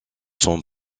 sommes